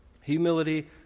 Humility